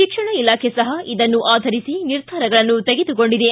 ಶಿಕ್ಷಣ ಇಲಾಖೆ ಸಹ ಇದನ್ನು ಆಧರಿಸಿ ನಿರ್ಧಾರಗಳನ್ನು ಕೈಗೊಂಡಿದೆ